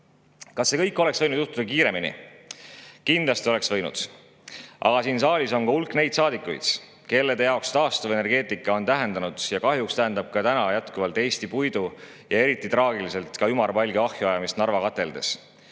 see kõik oleks võinud juhtuda kiiremini? Kindlasti oleks võinud. Aga siin saalis on ka hulk saadikuid, kelle jaoks taastuvenergeetika on tähendanud ja kahjuks tähendab ka täna jätkuvalt Eesti puidu, eriti traagilisel moel ka ümarpalgi [põletamist] Narva kateldes.